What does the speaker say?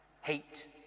hate